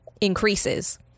increases